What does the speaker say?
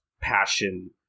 passion